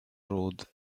rode